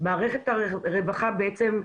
מערכת הרווחה בעצם,